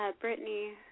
Brittany